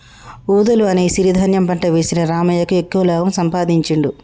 వూదలు అనే ఈ సిరి ధాన్యం పంట వేసిన రామయ్యకు ఎక్కువ లాభం సంపాదించుడు